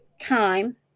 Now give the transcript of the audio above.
time